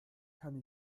kann